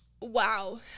wow